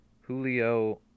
Julio